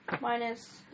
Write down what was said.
minus